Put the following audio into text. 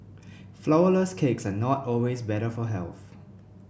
flourless cakes are not always better for health